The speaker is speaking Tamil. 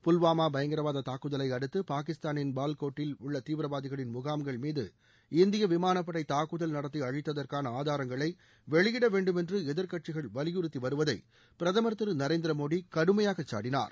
புல்வாமா பயங்கரவாத தாக்குதலை அடுத்து பாகிஸ்தானின் பால்கோட்டில் உள்ள தீவிரவாதிகளின் முகாம்கள் மீது இந்திய விமானப் படை தாக்குதல் நடத்தி அழித்ததற்கான ஆதாரங்களை வெளியிட வேண்டுமென்று எதிர்கட்சிகள் வலியுறுத்தி வருவதை பிரதமர் திரு நரேந்திர மோடி கடுமையாக சாடினார்